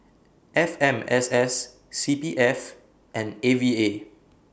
F M S S C P F and A V A